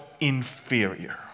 inferior